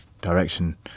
direction